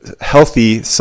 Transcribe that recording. healthy